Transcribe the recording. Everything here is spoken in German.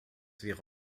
wäre